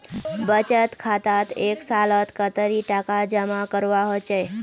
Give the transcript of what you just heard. बचत खातात एक सालोत कतेरी टका जमा करवा होचए?